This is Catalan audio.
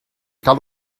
cal